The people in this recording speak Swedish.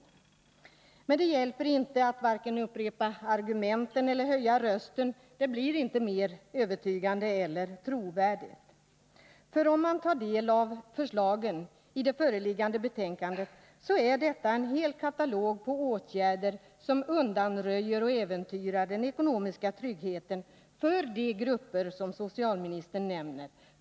Men det hjälper inte att vare sig upprepa argumenten eller höja rösten — det blir inte mer övertygande eller trovärdigt ändå. Om man tar del av förslagen i det föreliggande betänkandet, finner man att det är en hel katalog av åtgärder som undanröjer eller äventyrar den ekonomiska tryggheten för de grupper socialministern nämner.